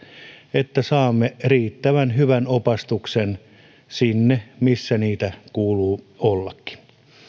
että saamme riittävän hyvän opastuksen sinne missä sellainen kuuluu ollakin